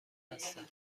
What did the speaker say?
هستند